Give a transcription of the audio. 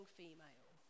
female